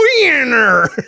winner